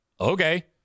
Okay